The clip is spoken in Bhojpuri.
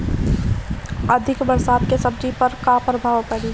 अधिक बरसात के सब्जी पर का प्रभाव पड़ी?